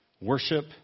Worship